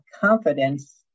confidence